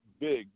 big